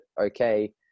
okay